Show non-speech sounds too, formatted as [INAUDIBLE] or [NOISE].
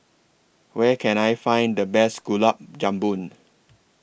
Where Can I Find The Best Gulab [UNINTELLIGIBLE]